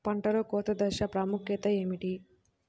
పంటలో కోత దశ ప్రాముఖ్యత ఏమిటి?